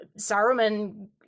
Saruman